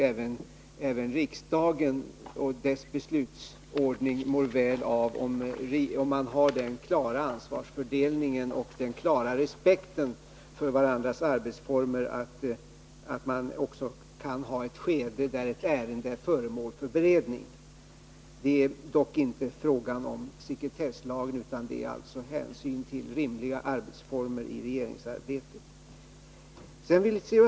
Även riksdagen och dess beslutsordning mår säkert väl om det finns en klar ansvarsfördelning och om man visar en klar respekt för varandras arbetsformer — under ett visst skede kan ett visst ärende vara föremål för beredning. Det är dock inte fråga om att krypa bakom sekretesslagen, utan det är fråga om att ha rimliga arbetsformer för regeringsarbetet. C.-H.